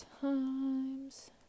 Times